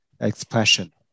expression